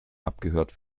abgehört